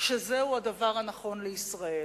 שזהו הדבר הנכון לישראל.